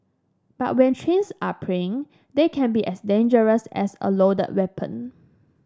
but when trains are plying they can be as dangerous as a loaded weapon